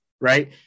right